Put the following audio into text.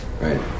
Right